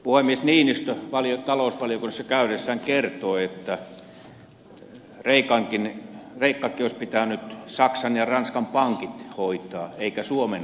puhemies niinistö talousvaliokunnassa käydessään kertoi että saksan ja ranskan pankkien olisi pitänyt hoitaa kreikka eikä suomen